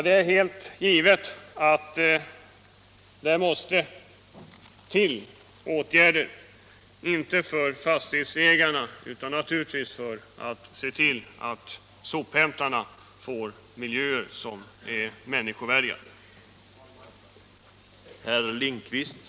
Det är helt givet att det måste till åtgärder, inte för fastighetsägarna utan naturligtvis för att se till att sophämtarna får miljöer som är människovärdiga.